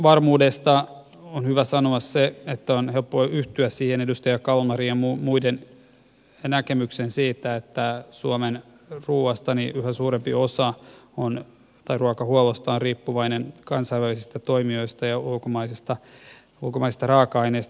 huoltovarmuudesta on hyvä sanoa se että on helppo yhtyä siihen edustaja kalmarin ja muiden näkemykseen siitä että suomen ruokahuollosta yhä suurempi osa on riippuvainen kansainvälisistä toimijoista ja ulkomaisista raaka aineista